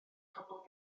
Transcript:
phobl